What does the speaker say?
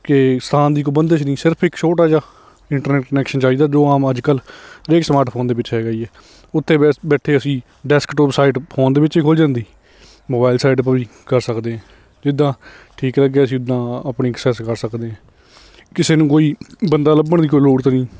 ਕਿ ਸਾਨ ਦੀ ਕੋਈ ਬੰਦਿਸ਼ ਨਹੀਂ ਸਿਰਫ ਇੱਕ ਛੋਟਾ ਜਿਹਾ ਇੰਟਰਨੈਟ ਕਨੈਕਸ਼ਨ ਚਾਹੀਦਾ ਜੋ ਆਮ ਅੱਜ ਕੱਲ੍ਹ ਹਰੇਕ ਸਮਾਰਟਫੋਨ ਦੇ ਵਿੱਚ ਹੈਗਾ ਹੀ ਆ ਉੱਤੇ ਬੈ ਬੈਠੇ ਅਸੀਂ ਡੈਸਕਟੋਪ ਸਾਈਟ ਫੋਨ ਦੇ ਵਿੱਚ ਵੀ ਖੁੱਲ੍ਹ ਜਾਂਦੀ ਮੋਬਾਈਲ ਸਾਈਟ ਤੋਂ ਵੀ ਕਰ ਸਕਦੇ ਹਾਂ ਜਿੱਦਾਂ ਠੀਕ ਲੱਗੇ ਅਸੀਂ ਉੱਦਾਂ ਆਪਣੀ ਐਕਸੈਸ ਕਰ ਸਕਦੇ ਹਾਂ ਕਿਸੇ ਨੂੰ ਕੋਈ ਬੰਦਾ ਲੱਭਣ ਦੀ ਕੋਈ ਲੋੜ ਤਾਂ ਨਹੀਂ